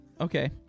Okay